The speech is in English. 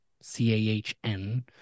C-A-H-N